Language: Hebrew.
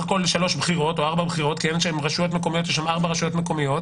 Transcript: הכול 3 בחירות או 4 בחירות כי יש שם 4 רשויות מקומיות,